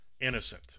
innocent